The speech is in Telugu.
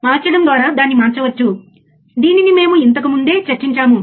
ఇప్పుడు మీరు ఇక్కడ చూస్తారు అతను ఫ్రీక్వెన్సీని మారుస్తున్నాడు సరియైనది